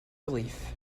relief